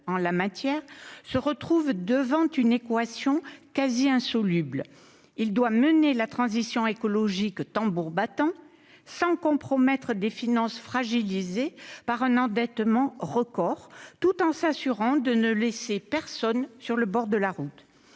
le Gouvernement se trouve devant une équation quasi insoluble : il doit mener la transition écologique tambour battant, sans compromettre des finances fragilisées par un endettement record, tout en s'assurant de ne laisser personne sur le bord de la route.